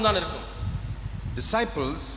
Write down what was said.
Disciples